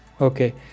Okay